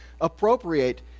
appropriate